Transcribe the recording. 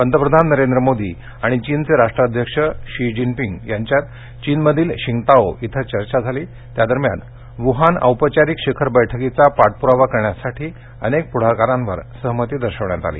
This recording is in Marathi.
पंतप्रधान नरेंद्र मोदी आणि चीनचे राष्ट्राध्यक्ष शी जिनपिंग यांच्यात चीनमधील शिंग्ताओ इथं चर्चा झाली त्या दरम्यान वुहान औपचारिक शिखर बैठकीचा पाठप्रावा करण्यासाठी अनेक पुढाकारांवर सहमती दर्शवली